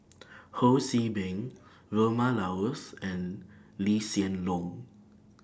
Ho See Beng Vilma Laus and Lee Hsien Loong